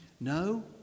No